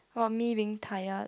for me being tired